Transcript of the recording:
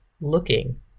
looking